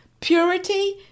purity